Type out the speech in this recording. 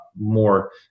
more